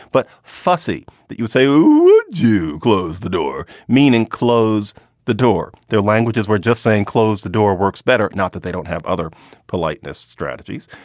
but fussy that you say you close the door, meaning close the door. their language is we're just saying close the door works better. not that they don't have other politeness strategies,